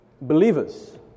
Believers